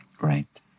Right